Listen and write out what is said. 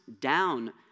down